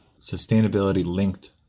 sustainability-linked